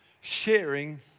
sharing